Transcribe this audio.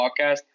podcast